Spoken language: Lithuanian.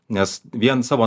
nes vien savo